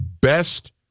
best